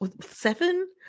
seven